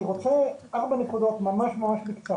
אני רוצה ארבע נקודות בקצרה,